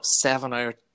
seven-hour